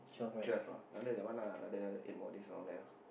twelve ah another that one lah another eight more days around there ah